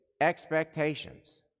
expectations